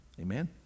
amen